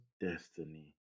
destiny